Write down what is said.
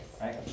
Right